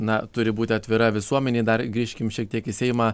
na turi būti atvira visuomenei dar grįžkim šiek tiek į seimą